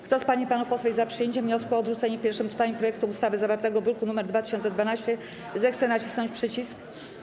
Kto z pań i panów posłów jest za przyjęciem wniosku o odrzucenie w pierwszym czytaniu projektu ustawy zawartego w druku nr 2012, zechce nacisnąć przycisk.